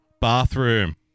bathroom